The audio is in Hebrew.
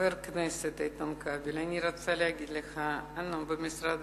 חבר הכנסת איתן כבל, אני רוצה להגיד לך, אנו במשרד